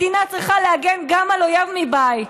מדינה צריכה להגן גם מפני אויב מבית.